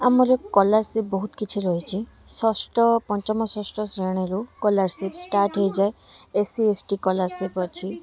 ଆମର ସ୍କଲାରସିପ ବହୁତ କିଛି ରହିଛି ଷଷ୍ଠ ପଞ୍ଚମ ଷଷ୍ଠ ଶ୍ରେଣୀରୁ ସ୍କଲାରସିପ ଷ୍ଟାର୍ଟ ହେଇଯାଏ S C S T scholarship ଅଛି